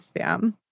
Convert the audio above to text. Spam